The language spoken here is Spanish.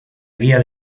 guía